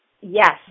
yes